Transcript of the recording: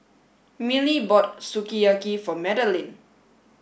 Millie bought Sukiyaki for Madilyn